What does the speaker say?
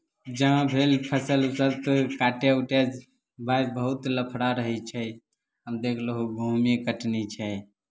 जहाँ भेल फसल उसल तऽ काटय उटय भाय बहुत लफड़ा रहै छै आब देख लहो गहुँमे कटनी छै